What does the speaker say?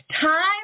time